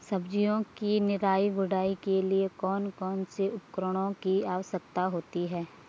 सब्जियों की निराई गुड़ाई के लिए कौन कौन से उपकरणों की आवश्यकता होती है?